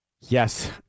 Yes